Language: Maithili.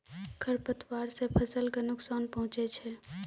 खरपतवार से फसल क नुकसान पहुँचै छै